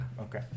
Okay